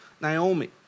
Naomi